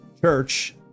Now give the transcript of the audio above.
church